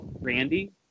Randy